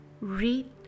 Read